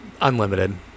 Unlimited